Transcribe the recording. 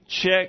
check